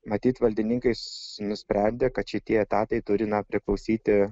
matyt valdininkai nusprendė kad šitie etatai turi na priklausyti